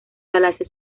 palacio